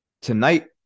Tonight